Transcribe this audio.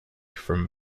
from